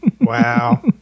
Wow